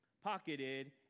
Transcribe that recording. pocketed